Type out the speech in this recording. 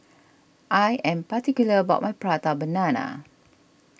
I am particular about my Prata Banana